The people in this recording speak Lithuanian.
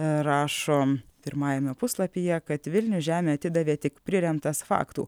rašo pirmajame puslapyje kad vilnius žemę atidavė tik priremtas faktų